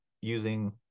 using